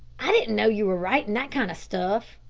i didn't know you were writing that kind of stuff.